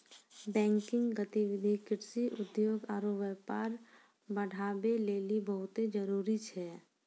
banking गतिविधि कृषि, उद्योग आरु व्यापार बढ़ाबै लेली बहुते जरुरी छै